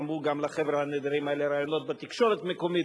וגם קבעו לחבר'ה הנהדרים האלה ראיונות בתקשורת מקומית,